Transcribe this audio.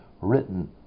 written